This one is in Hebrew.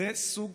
זה לפעמים סוג